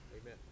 Amen